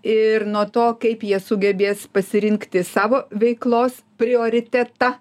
ir nuo to kaip jie sugebės pasirinkti savo veiklos prioritetą